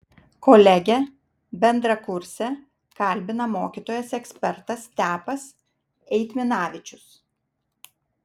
kolegę bendrakursę kalbina mokytojas ekspertas stepas eitminavičius